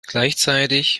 gleichzeitig